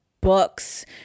books